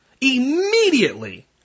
Immediately